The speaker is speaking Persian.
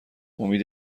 امید